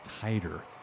tighter